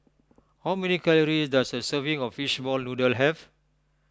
how many calories does a serving of Fishball Noodle have